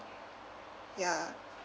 ya